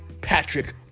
Patrick